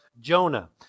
Jonah